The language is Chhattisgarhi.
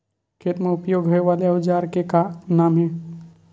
खेत मा उपयोग होए वाले औजार के का नाम हे?